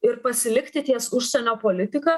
ir pasilikti ties užsienio politika